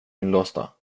inlåsta